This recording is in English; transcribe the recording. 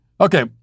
Okay